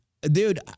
dude